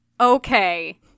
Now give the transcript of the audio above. Okay